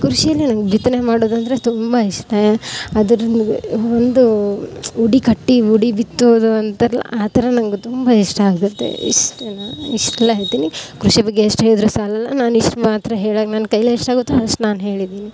ಕೃಷೀಲಿ ಬಿತ್ತನೆ ಮಾಡೋದಂದರೆ ತುಂಬ ಇಷ್ಟ ಅದ್ರುನೂ ಒಂದು ಉಡಿ ಕಟ್ಟಿ ಉಡಿ ಬಿತ್ತೋದು ಅಂತಾರಲ್ಲ ಆ ಥರ ನಂಗೆ ತುಂಬ ಇಷ್ಟ ಆಗುತ್ತೆ ಇಷ್ಟೇನಾ ಇಷ್ಟೆಲ್ಲ ಹೇಳ್ತೀನಿ ಕೃಷಿ ಬಗ್ಗೆ ಎಷ್ಟು ಹೇಳಿದರೂ ಸಾಲಲ್ಲ ನಾನಿಷ್ಟು ಮಾತ್ರ ಹೇಳಕ್ಕೆ ನನ್ನ ಕೈಲಿ ಎಷ್ಟಾಗತ್ತೊ ಅಷ್ಟು ನಾನು ಹೇಳಿದೀನಿ